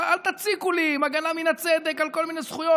אל תציקו לי עם הגנה מן הצדק על כל מיני זכויות,